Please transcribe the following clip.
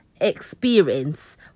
experience